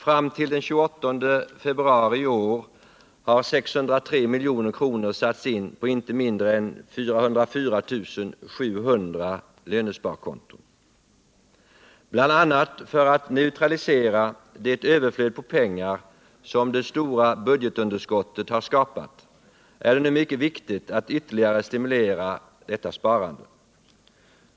Fram till den 28 februari i år har 603 milj.kr. satts in på inte mindre än 404 700 lönsparkonton. Bl. a. för att neutralisera det överflöd på pengar som det stora budgetunderskottet skapat är det nu mycket viktigt att ytterligare stimulera detta sparande.